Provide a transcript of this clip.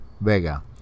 Vega